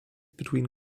between